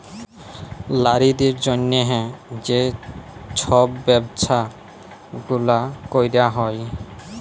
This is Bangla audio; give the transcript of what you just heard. লারিদের জ্যনহে যে ছব ব্যবছা গুলা ক্যরা হ্যয়